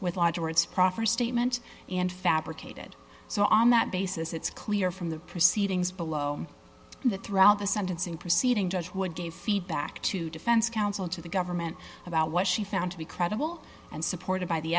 with lodge or its proffer statement and fabricated so on that basis it's clear from the proceedings below that throughout the sentencing proceeding judge would gave feedback to defense counsel to the government about what she found to be credible and supported by the